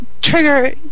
trigger